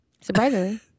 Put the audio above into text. Surprisingly